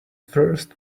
first